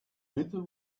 little